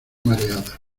mareada